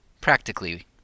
practically